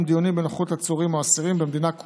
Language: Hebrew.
דיונים בנוכחות עצורים או אסירים במדינה,